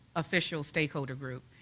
official stakeholder group.